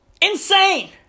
Insane